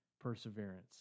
Perseverance